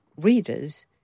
readers